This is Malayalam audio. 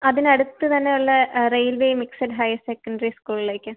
അതിന് അടുത്ത് തന്നെ ഉള്ള റെയിൽവേ മിക്സഡ് ഹയർ സെക്കൻഡറി സ്കൂളിലേക്ക്